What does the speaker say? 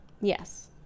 Yes